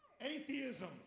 Atheism